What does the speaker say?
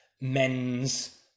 men's